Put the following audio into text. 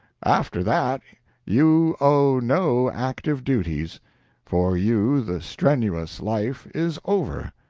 after that you owe no active duties for you the strenuous life is over.